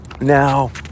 Now